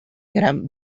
gran